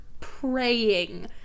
praying